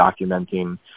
documenting